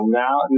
now